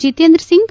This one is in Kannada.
ಜತೇಂದ್ರ ಸಿಂಗ್